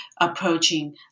approaching